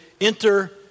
enter